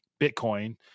Bitcoin